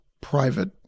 private